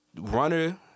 runner